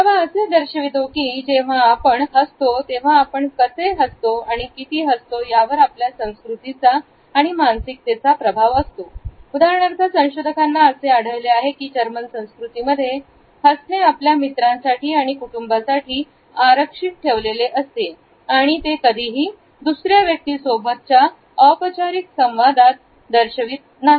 पुरावा असे दर्शवतो की जेव्हा आपण हसतो तेव्हा आपण कसे असतो आणि किती असतो यावर आपल्या संस्कृतीचा आणि मानसिकतेचा प्रभाव असतो उदाहरणार्थ संशोधकांना असे आढळले आहे की जर्मन संस्कृतीमध्ये हसणे आपल्या मित्रांसाठी आणि कुटुंबासाठी आरक्षित ठेवलेले असते आणि ते कधीही दुसऱ्या व्यक्तींसोबत च्या औपचारिक संवादात दर्शवीत नाही